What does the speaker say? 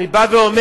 אני אומר: